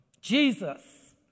Jesus